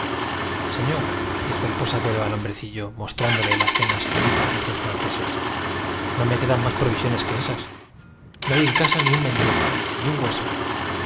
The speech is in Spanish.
a us crladoibrecillo mostrándole la cena servida a los dos franceses no me quedan los dos amigos entraron en el comedor común de la posada las densas más provisiones que esas no hay en casa ni un mendrugo ni un hueso